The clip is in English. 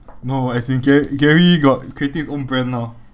no as in ga~ gary got creating his own brand now